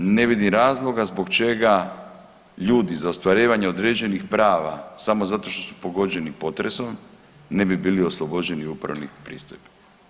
Ne vidim razloga zbog čega ljudi za ostvarivanje određenih prava samo zato što su pogođeni potresom ne bi bili oslobođeni upravnih pristojbi.